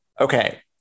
Okay